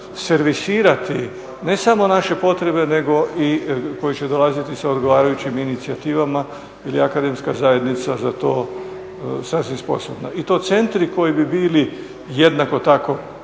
servisirati, ne samo naše potrebe nego i koji će dolaziti sa odgovarajućim inicijativama ili akademska zajednica za to sasvim sposobna. I to centri koji bi bili jednako tako,